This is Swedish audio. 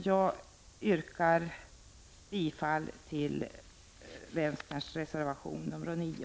Jag yrkar bifall till vänsterpartiets reservation 9.